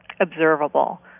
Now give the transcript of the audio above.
observable